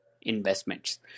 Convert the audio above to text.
investments